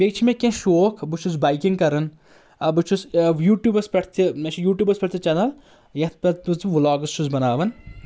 تہٕ بیٚیہِ چھِ مےٚ کینٛہہ شوق بہٕ چھُس بایکنگ کران بہٕ چھُس یوٗٹیوٗبس پؠٹھ تہِ مےٚ چھُ یوٗٹوٗبس پؠٹھ تہِ چنل یتھ پؠٹھ ولاگٕس چھُس بناوان